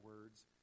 words